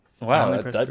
wow